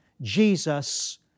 Jesus